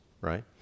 right